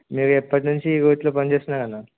మీరు ఎప్పటినుంచి వీటిలో పనిచేస్తున్నారా